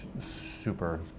Super